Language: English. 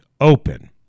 open